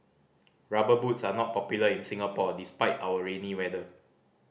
Rubber Boots are not popular in Singapore despite our rainy weather